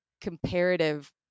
comparative